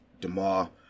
Demar